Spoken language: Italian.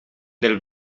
del